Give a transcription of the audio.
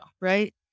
right